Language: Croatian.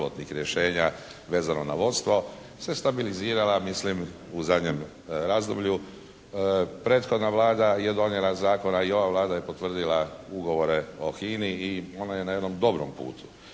i ova je Vlada potvrdila ugovore o HINA-i i ona je na jednom dobrom putu.